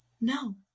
No